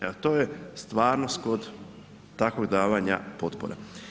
Evo, to je stvarnost kod takvog davanja potpora.